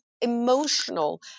emotional